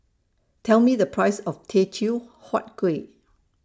Tell Me The Price of Teochew Huat Kuih